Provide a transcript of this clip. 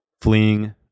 fleeing